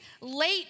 late